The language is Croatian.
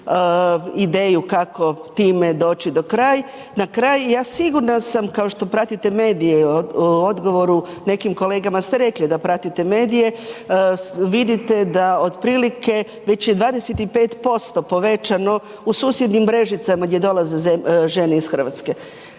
ideju kako time doći na kraj. Ja sigurna sam, kao što pratite medije, odgovoru nekim kolegama ste rekli da pratite medije, vidite da otprilike, već je 25% povećano u susjednim Brežicama gdje dolaze žene iz Hrvatske.